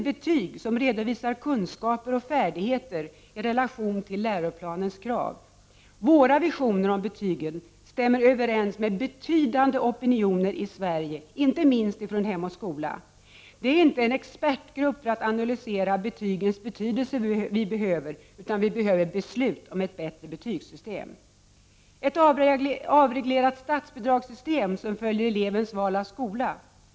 Betyg som redovisar kunskaper och färdigheter i relation till läroplanens krav. Våra visioner om betygen stämmer överens med betydande opinioner i Sverige, inte minst inom Hem och Skola. Det är inte en expertgrupp för att analysera betygens betydelse vi behöver utan beslut om ett bättre betygssystem. — Ett avreglerat statsbidragssystem som följer elevens val av skola.